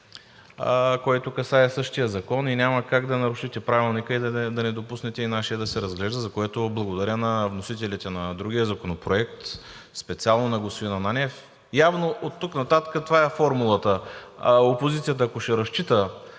който касае същия закон. Няма как да нарушите Правилника и да не допуснете и нашият да се разглежда, за което благодаря на вносителите на другия законопроект, специално на господин Ананиев. Явно оттук нататък това е формулата – ако опозицията ще разчита